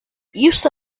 use